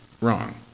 wrong